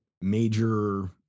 major